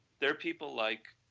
there are people like